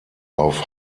auf